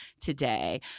today